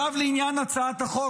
עכשיו לעניין הצעת החוק.